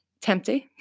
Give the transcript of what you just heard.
tempting